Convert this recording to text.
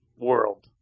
World